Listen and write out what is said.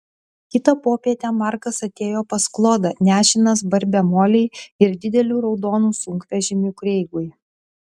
kitą popietę markas atėjo pas klodą nešinas barbe molei ir dideliu raudonu sunkvežimiu kreigui